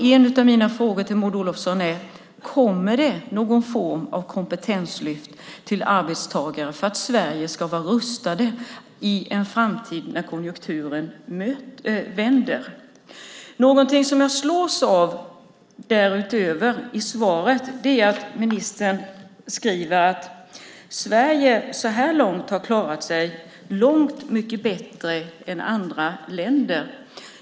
En av mina frågor till Maud Olofsson är: Kommer det någon form av kompetenslyft till arbetstagare för att Sverige ska vara rustat i en framtid när konjunkturen vänder? Något som jag slås av därutöver i svaret är att ministern skriver att Sverige så här långt har klarat sig långt mycket bättre än andra länder.